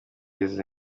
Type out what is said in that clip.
iza